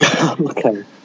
Okay